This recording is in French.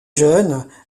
jeune